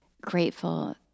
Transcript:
grateful